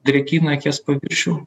drėkina akies paviršių